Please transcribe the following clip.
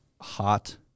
hot